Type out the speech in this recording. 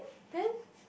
then